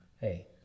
hey